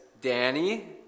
Danny